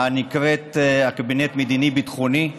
הנקראת הקבינט המדיני-ביטחוני.